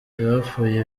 abapfuye